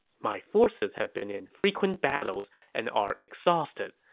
my forces have been in frequent battles and are exhausted.